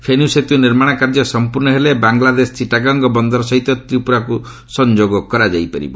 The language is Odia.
ଫେନି ସେତୁ ନିର୍ମାଣ କାର୍ଯ୍ୟ ସମ୍ପର୍ଷ ହେଲେ ବାଂଲାଦେଶର ଚିଟାଗଙ୍ଗ୍ ବନ୍ଦର ସହିତ ତ୍ରିପୁରାକୁ ସଂଯୋଗ କରାଯାଇପାରିବ